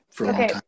Okay